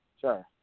Sure